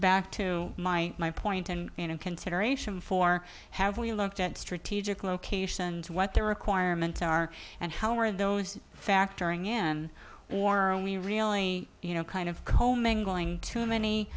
back to my my point and consideration for have we looked at strategic locations what their requirements are and how are those factoring in or are only really you know kind of co mingling to many